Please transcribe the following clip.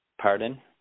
pardon